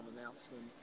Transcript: announcement